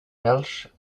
welsh